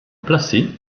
placés